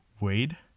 Wade